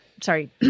sorry